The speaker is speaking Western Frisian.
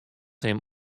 him